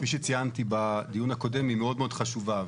כפי שציינתי בדיון הקודם היא מאוד מאוד חשובה.